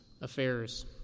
affairs